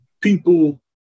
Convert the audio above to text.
people